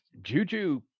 Juju